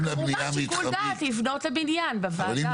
וכמובן שיקול לבנות בניין בוועדה.